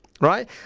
right